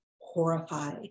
horrified